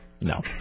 No